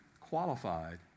qualified